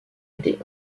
été